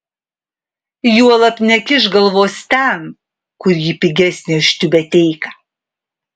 juolab nekišk galvos ten kur ji pigesnė už tiubeteiką